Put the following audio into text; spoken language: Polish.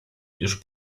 już